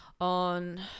on